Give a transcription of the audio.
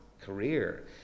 career